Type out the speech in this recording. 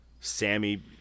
Sammy